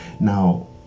now